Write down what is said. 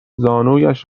زانویش